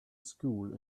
school